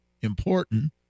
important